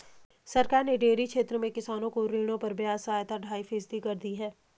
सरकार ने डेयरी क्षेत्र में किसानों को ऋणों पर ब्याज सहायता ढाई फीसदी कर दी है